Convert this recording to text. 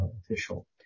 official